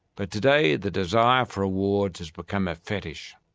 but today the desire for awards has become a fetish.